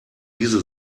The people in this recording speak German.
diese